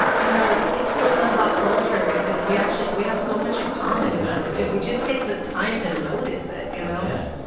you know, it's really not about culture because we actually we have so much in common. exactly. if we just take the time to notice it, you know? yeah.